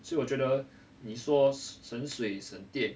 所以我觉得你说省水省电